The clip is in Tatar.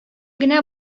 генә